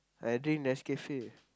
I drink Nescafe